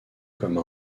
comme